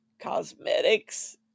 cosmetics